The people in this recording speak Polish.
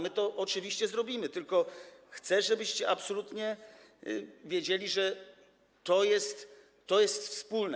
My to oczywiście zrobimy, tylko chcę, żebyście absolutnie wiedzieli, że to jest wspólne.